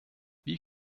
wie